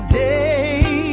day